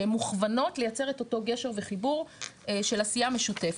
שהן מכוונות לייצר את אותו גשר וחיבור של עשייה משותפת.